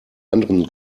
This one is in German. anderen